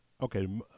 okay